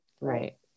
right